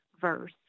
verse